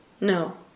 No